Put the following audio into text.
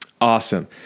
Awesome